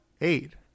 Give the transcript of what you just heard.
eight